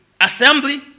assembly